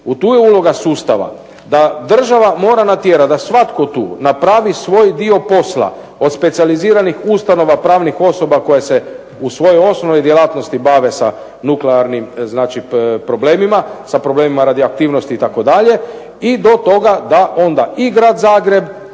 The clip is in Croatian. tu je uloga sustava da država mora natjerat da svatko tu napravi svoj dio posla, od specijaliziranih ustanova, pravnih osoba koje se u svojoj osnovnoj djelatnosti bave sa nuklearnim problemima, sa problemima radioaktivnosti itd. i do toga da onda i Grad Zagreb